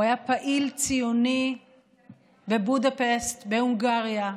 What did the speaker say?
הוא היה פעיל ציוני בבודפשט, בהונגריה,